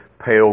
pale